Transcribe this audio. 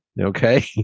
Okay